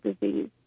disease